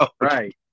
right